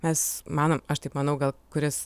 mes manom aš taip manau gal kuris